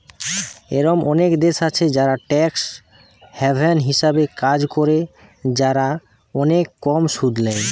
এরোম অনেক দেশ আছে যারা ট্যাক্স হ্যাভেন হিসাবে কাজ করে, যারা অনেক কম সুদ ল্যায়